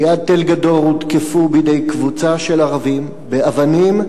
וליד תל-גדור הם הותקפו בידי קבוצה של ערבים באבנים,